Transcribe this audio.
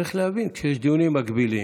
צריך להבין שכשיש דיונים מקבילים,